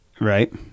Right